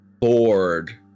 bored